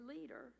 leader